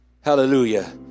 hallelujah